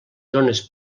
zones